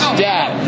dad